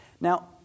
Now